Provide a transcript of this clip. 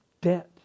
debt